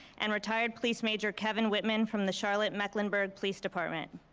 and retired police major kevin whitman from the charlotte-mecklenburg police department.